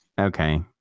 Okay